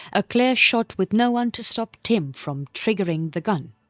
a clear shot with no one to stop tim from triggering the gun.